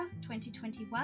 2021